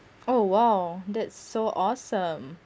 oh !wow! that's so awesome